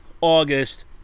August